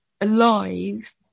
alive